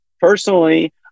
personally